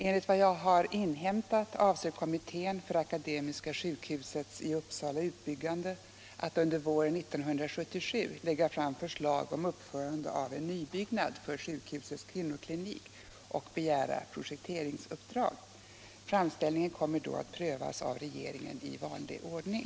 Enligt vad jag har inhämtat avser kommittén för Akademiska sjukhusets i Uppsala utbyggande att under våren 1977 lägga fram förslag om uppförande av en nybyggnad för sjukhusets kvinnoklinik och begära projekteringsuppdrag. Framställningen kommer då att prövas av regeringen i vanlig ordning.